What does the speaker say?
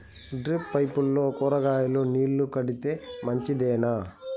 Drip పైపుల్లో కూరగాయలు నీళ్లు కడితే మంచిదేనా?